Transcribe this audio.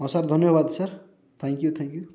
ହଁ ସାର୍ ଧନ୍ୟବାଦ sir thank you thank you